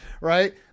Right